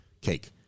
Cake